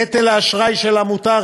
נטל האשראי של העמותה,